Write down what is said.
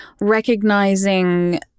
recognizing